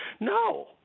no